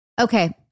Okay